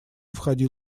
входил